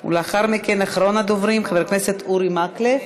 ולאחר מכן, אחרון הדוברים, חבר הכנסת אורי מקלב.